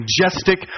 majestic